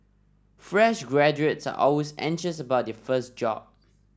fresh graduates are always anxious about their first job